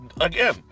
again